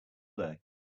day